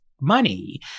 money